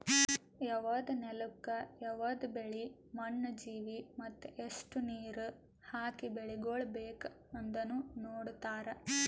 ಯವದ್ ನೆಲುಕ್ ಯವದ್ ಬೆಳಿ, ಮಣ್ಣ, ಜೀವಿ ಮತ್ತ ಎಸ್ಟು ನೀರ ಹಾಕಿ ಬೆಳಿಗೊಳ್ ಬೇಕ್ ಅಂದನು ನೋಡತಾರ್